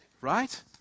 right